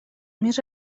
més